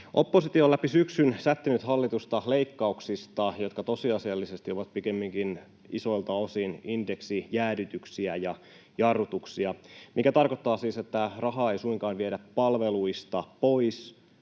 Oppositio on läpi syksyn sättinyt hallitusta leikkauksista, jotka tosiasiallisesti ovat pikemminkin isoilta osin indeksijäädytyksiä ja -jarrutuksia, mikä tarkoittaa siis sitä, että rahaa ei suinkaan viedä palveluista pois,